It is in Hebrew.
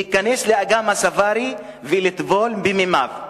להיכנס לאגם הספארי ולטבול במימיו.